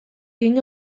egin